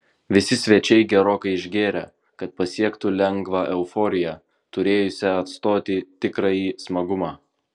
visi svečiai gerokai išgėrė kad pasiektų lengvą euforiją turėjusią atstoti tikrąjį smagumą